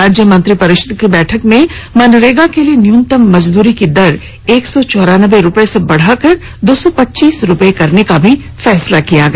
राज्य मंत्रिपरिषद की बैठक में मनरेगा के लिए न्यूनतम मजदूरी की दर एक सौ चौरान्बे रुपए से बढ़ाकर दो सौ पचीस रुपये करने का भी फैसला लिया गया